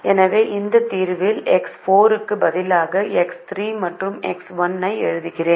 எனவே இந்த தீர்வில் எக்ஸ் 4 க்கு பதிலாக எக்ஸ் 3 மற்றும் எக்ஸ் 1 ஐ எழுதுகிறேன்